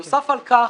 נוסף על כך,